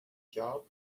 job